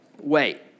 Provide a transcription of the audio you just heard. Wait